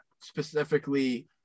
specifically